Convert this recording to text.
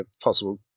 possible